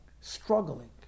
struggling